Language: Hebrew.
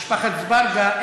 ומשפחת אזברגה,